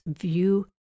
view